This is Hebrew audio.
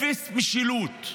אפס משילות.